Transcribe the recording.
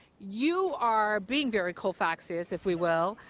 you are being very colfaxis, if we will.